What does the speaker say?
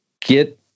get